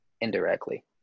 indirectly